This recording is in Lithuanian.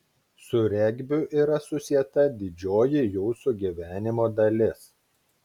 su regbiu yra susieta didžioji jūsų gyvenimo dalis